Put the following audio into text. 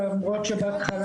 למרות שבהתחלה